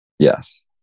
Yes